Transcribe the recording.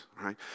right